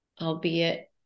albeit